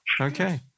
Okay